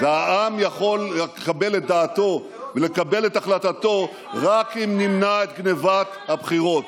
והעם יכול לקבל את דעתו ולקבל את החלטתו רק אם נמנע את גנבת הבחירות.